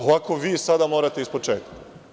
Ovako, vi sada morate iz početka.